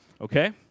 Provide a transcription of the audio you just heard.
okay